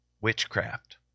Witchcraft